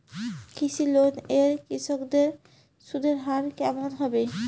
কৃষি লোন এ কৃষকদের সুদের হার কেমন হবে?